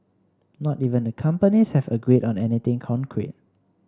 not even the companies have agreed on anything concrete